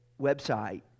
website